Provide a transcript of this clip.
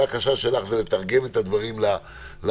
הקשה שלך היא לתרגם את הדברים לתקנות,